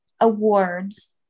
awards